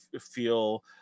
feel